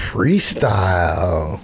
Freestyle